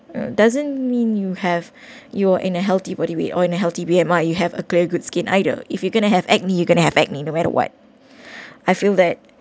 doesn't mean you have you're in a healthy body weight or unhealthy B_M_I you have a clear good skin either if you gonna have acne you gonna have acne no matter what I feel that